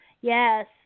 Yes